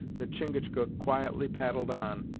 that chingachgook quietly paddled on,